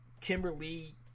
Kimberly